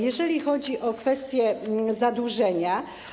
Jeżeli chodzi o kwestie zadłużenia.